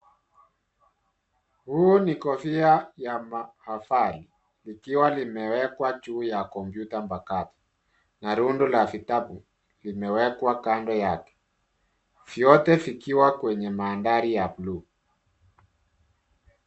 Huu ni kofia ya mahafari likiwa limewekwa juu ya komputa mpakato na rundo la vitabu limewekwa kando yake. Vyote vikiwa kwenye mandhari ya bluu.